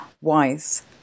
wise